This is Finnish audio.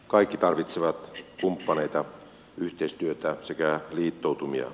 kaikki tarvitsevat kumppaneita yhteistyötä sekä liittoutumia